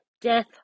death